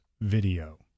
video